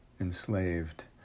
enslaved